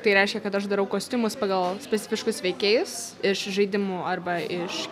tai reiškia kad aš darau kostiumus pagal specifiškus veikėjus iš žaidimų arba iš